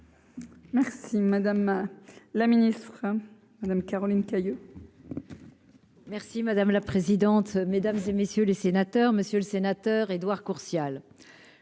Merci madame la ministre madame Caroline Cayeux. Merci madame la présidente, mesdames et messieurs les sénateurs, Monsieur le Sénateur, Édouard Courtial,